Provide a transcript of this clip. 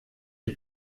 die